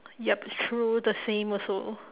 yup it's true the same also